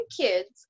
kids